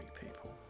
people